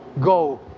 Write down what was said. Go